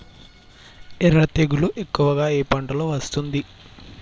ఎర్ర తెగులు ఎక్కువగా ఏ పంటలో వస్తుంది?